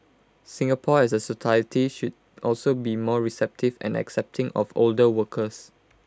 Singapore as A society should also be more receptive and accepting of older workers